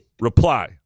Reply